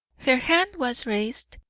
her hand was raised,